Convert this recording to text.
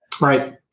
right